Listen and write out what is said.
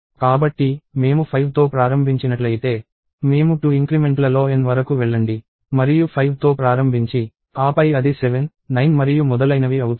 కాబట్టి మేము 5తో ప్రారంభించినట్లయితే మేము 2 ఇంక్రిమెంట్లలో N వరకు వెళ్లండి మరియు 5తో ప్రారంభించి ఆపై అది 7 9 మరియు మొదలైనవి అవుతుంది